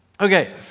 Okay